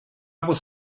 was